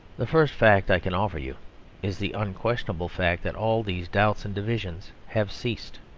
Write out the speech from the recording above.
the first fact i can offer you is the unquestionable fact that all these doubts and divisions have ceased.